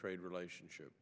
trade relationship